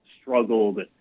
struggled